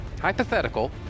hypothetical